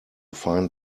find